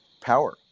power